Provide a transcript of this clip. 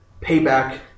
Payback